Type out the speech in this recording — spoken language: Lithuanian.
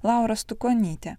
laura stukonytė